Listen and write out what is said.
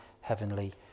heavenly